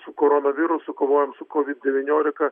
su koronavirusu kovojam su covid devyniolika